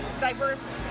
diverse